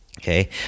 okay